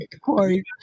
Corey